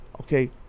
okay